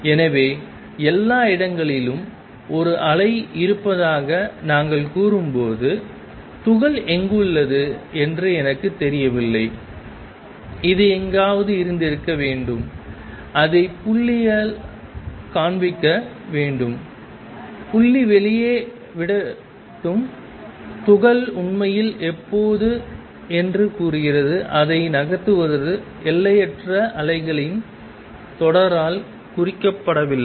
எனவே எல்லா இடங்களிலும் ஒரு அலை இருப்பதாக நாங்கள் கூறும்போது துகள் எங்குள்ளது என்று எனக்குத் தெரியவில்லை இது எங்காவது இருந்திருக்க வேண்டும் அதை புள்ளியால் காண்பிக்க வேண்டும் புள்ளி வெளியே விடட்டும் துகள் உண்மையில் எப்போது என்று கூறுகிறது அதை நகர்த்துவது எல்லையற்ற அலைகளின் தொடரால் குறிக்கப்படவில்லை